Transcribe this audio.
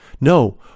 No